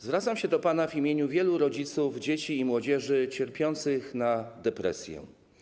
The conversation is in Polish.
Zwracam się do pana w imieniu wielu rodziców, dzieci i młodzieży cierpiących na depresję.